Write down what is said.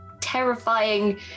terrifying